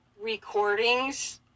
recordings